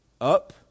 Up